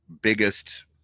biggest